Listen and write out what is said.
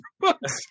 books